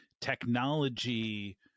technology